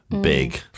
Big